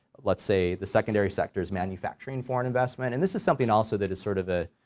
let's say the secondary sectors manufacturing foreign investment and this is something also that is sort of a,